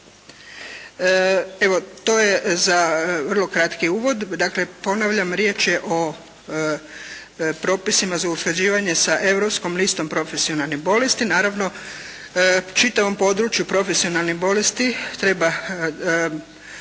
Evo to je za vrlo kratki uvod, dakle ponavljam riječ je o propisima za usklađivanje sa Europskom listom profesionalnih bolesti, naravno čitavom području profesionalnih bolesti treba